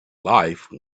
life